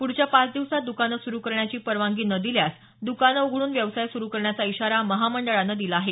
पुढच्या पाच दिवसांत दुकानं सुरू करण्याची परवानगी न दिल्यास द्कानं उघडून व्यवसाय सुरू करण्याचा इशारा महामंडळानं दिला आहे